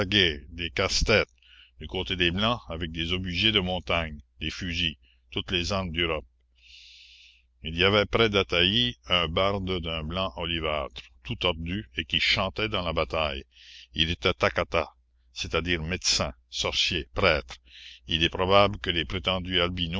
des casse-tête du côté des blancs avec des obusiers de montagne des fusils toutes les armes d'europe il y avait près d'ataï un barde d'un blanc olivâtre tout tordu et qui chantait dans la bataille il était takata c'est-à-dire médecin sorcier prêtre il est probable que les prétendus